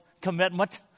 commitment